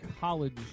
College